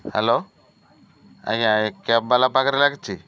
hello ଆଜ୍ଞା ଏ cab ବାଲା ପାଖରେ ଲାଗିଛି